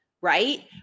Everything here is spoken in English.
right